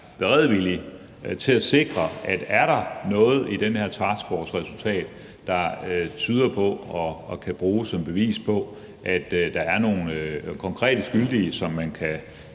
bare høre, om ministeren, hvis der er noget i den her taskforces resultat, der tyder på og kan bruges som bevis på, at der er nogle konkrete skyldige, som man kan